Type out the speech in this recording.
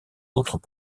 autres